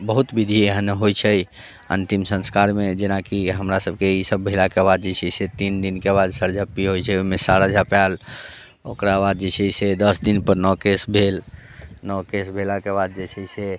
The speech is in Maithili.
बहुत विधि एहन होइत छै अंतिम संस्कारमे जेना की हमरासभके ईसभ भेलाके बाद जे छै से तीन दिनके बाद सरझप्पी होइत छै ओहिमे सारा झपायल ओकराबाद जे छै से दस दिनपर नह केश भेल नह केश भेलाके बाद जे छै से